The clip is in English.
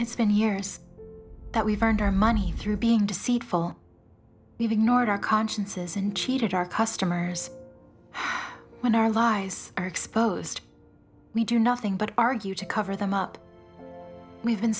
it's been years that we've earned our money through being deceitful we've ignored our consciences and cheated our customers when our lies are exposed we do nothing but argue to cover them up we've been